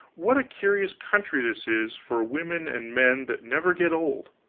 what a curious country this is for women and men that never get old.